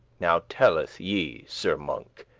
now telleth ye, sir monk,